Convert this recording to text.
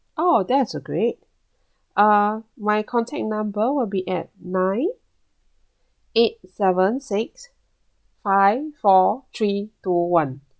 oh that's a great uh my contact number will be at nine eight seven six five four three two one